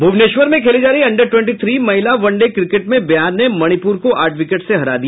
भुवनेश्वर में खेली जा रही अंडर टवेंटी थ्री महिला वन डे क्रिकेट में बिहार ने मणिपुर को आठ विकेट से हरा दिया